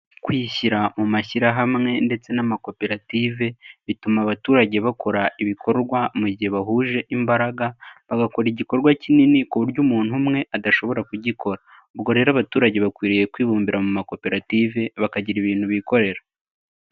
Kwishyira mu mashyirahamwe ndetse n'amakoperative, bituma abaturage bakora ibikorwa mu gihe bahuje imbaraga, bagakora igikorwa kinini ku buryo umuntu umwe adashobora kugikora. Ubwo rero abaturage bakwiriye kwibumbira mu makoperative, bakagira ibintu bikorera.